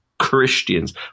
Christians